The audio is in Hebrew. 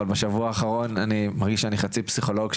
אבל בשבוע האחרון אני מרגיש חצי פסיכולוג,